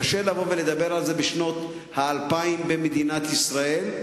קשה לדבר על זה בשנות האלפיים במדינת ישראל,